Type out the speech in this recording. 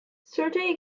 certain